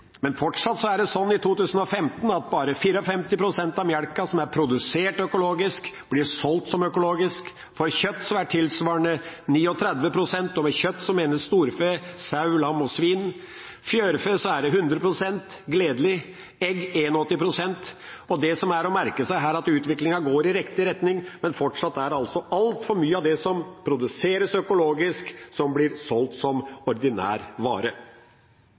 Men fortsatt er det sånn i 2015 at bare 54 pst. av melken som er produsert økologisk, blir solgt som økologisk. For kjøtt er tilsvarende 39 pst., og med kjøtt menes storfe, sau, lam og svin. For fjørfe er det 100 pst. – gledelig – for egg 81 pst. Det som er å merke seg her, er at utviklingen går i riktig retning, men fortsatt er det altså altfor mye av det som produseres økologisk, som blir solgt som